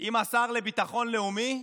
עם השר לביטחון לאומי,